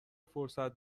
فرصت